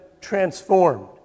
transformed